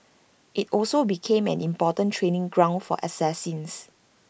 IT also became an important training ground for assassins